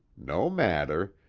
no matter.